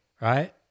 right